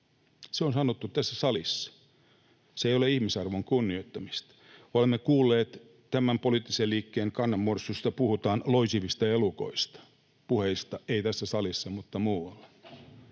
Se on sanottu tässä salissa. Se ei ole ihmisarvon kunnioittamista. Olemme kuulleet tämän poliittisen liikkeen kannanmuodostusta, jossa puhutaan ”loisivista elukoista” — ei tässä salissa, mutta muualla.